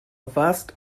vast